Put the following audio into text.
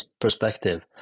perspective